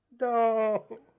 no